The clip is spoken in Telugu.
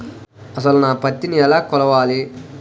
అసలు నా పత్తిని ఎలా కొలవాలి?